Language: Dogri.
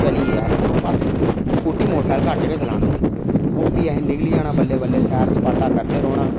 चली ए अस बस स्कूटी मोटरसैकल घट्ट गै चलाना ओह् कि अहें निकली जाना बल्लें बल्लें सैर सपाटा करदे रौह्ना